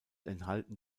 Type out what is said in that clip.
enthalten